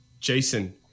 Jason